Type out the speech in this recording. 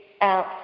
out